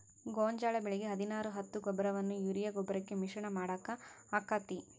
ಗೋಂಜಾಳ ಬೆಳಿಗೆ ಹದಿನಾರು ಹತ್ತು ಗೊಬ್ಬರವನ್ನು ಯೂರಿಯಾ ಗೊಬ್ಬರಕ್ಕೆ ಮಿಶ್ರಣ ಮಾಡಾಕ ಆಕ್ಕೆತಿ?